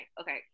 okay